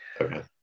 Okay